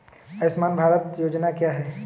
आयुष्मान भारत योजना क्या है?